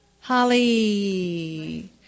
Holly